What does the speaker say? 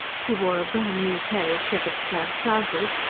he wore a brand-new pair of shepherd's-plaid trousers,